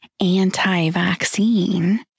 anti-vaccine